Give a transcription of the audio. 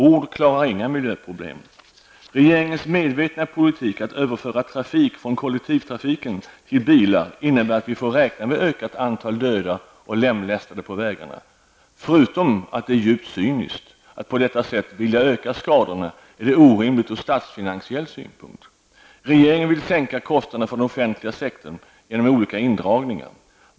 Ord klarar inga miljöproblem. Regeringens medvetna politik att överföra trafik från kollektivtrafik till bilar innebär att vi får räkna med ett ökat antal döda och lemlästade på vägarna. Förutom att det är djupt cyniskt att på detta sätt vilja öka skadorna är det orimligt ur statsfinansiell synpunkt. Regeringen vill sänka kostnaderna för den offentliga sektorn genom olika indragningar.